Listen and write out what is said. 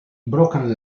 broken